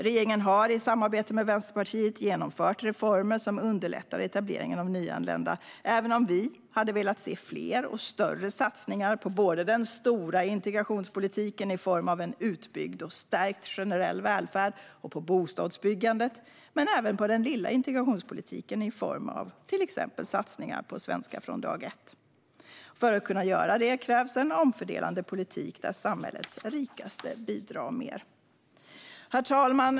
Regeringen har i samarbete med Vänsterpartiet genomfört reformer som underlättar etableringen av nyanlända, även om vi hade velat se fler och större satsningar på både den stora integrationspolitiken i form av en utbyggd och stärkt generell välfärd och bostadsbyggandet och även på den lilla integrationspolitiken i form av till exempel satsningar på svenska från dag ett. För att kunna göra det krävs en omfördelande politik där samhällets rikaste bidrar mer. Herr talman!